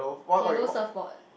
yellow surfboard